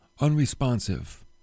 unresponsive